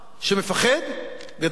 גדלתי על צבא שלוקח אחריות.